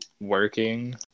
working